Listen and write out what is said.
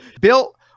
Bill